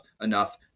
enough